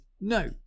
no